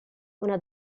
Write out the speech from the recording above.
una